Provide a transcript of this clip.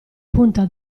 punta